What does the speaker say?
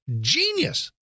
genius